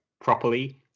properly